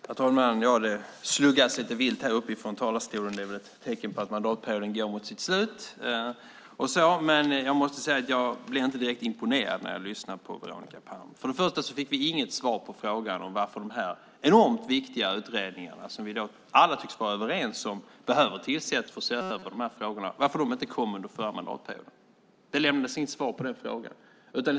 Herr talman! Det sluggas vilt här uppifrån talarstolen. Det är väl ett tecken på att mandatperioden går mot sitt slut. Men jag måste säga att jag inte direkt blir imponerad när jag lyssnar på Veronica Palm. Först och främst fick vi inget svar på frågan om varför dessa enormt viktiga utredningar inte kom under den förra mandatperioden. Vi tycks ju alla vara överens om att de behöver tillsättas för att se över de här frågorna. Det lämnades inget svar på den frågan.